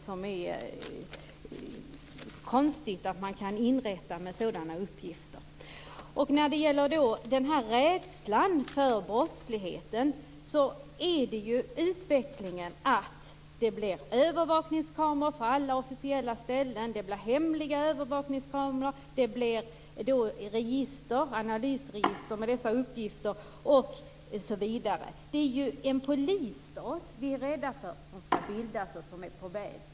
Det är konstigt att man kan inrätta dessa register med sådana uppgifter. Den här rädslan för brottsligheten leder till en utveckling där det blir övervakningskameror på alla officiella ställen, det blir hemliga övervakningskameror, det blir analysregister med dessa uppgifter osv. Vi är rädda för att det skall bildas en polisstat.